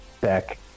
deck